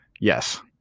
Yes